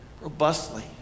robustly